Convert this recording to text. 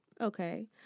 Okay